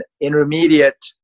intermediate